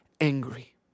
angry